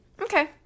Okay